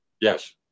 Yes